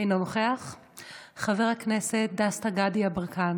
חבר הכנסת יואב קיש,